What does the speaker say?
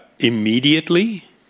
immediately